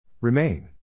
Remain